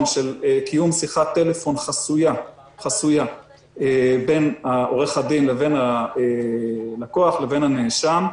של קיום שיחת טלפון חסויה בין עורך הדין לבין הלקוח- הנאשם.